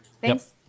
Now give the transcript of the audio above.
Thanks